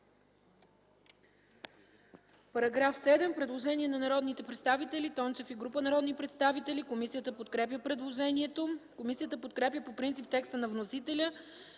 По § 8 има предложение на народните представители Тончев и група народни представители. Комисията подкрепя предложението. Комисията подкрепя по принцип текста на вносителя